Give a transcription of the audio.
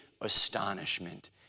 astonishment